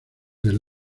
del